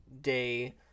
day